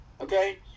okay